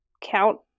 count